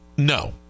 No